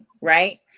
right